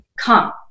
come